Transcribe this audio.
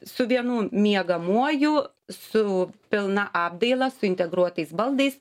su vienu miegamuoju su pilna apdaila su integruotais baldais